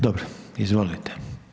Dobro, izvolite.